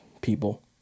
people